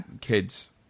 Kids